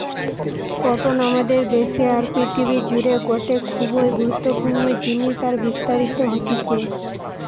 cotton আমাদের দেশে আর পৃথিবী জুড়ে গটে খুবই গুরুত্বপূর্ণ জিনিস আর বিস্তারিত হতিছে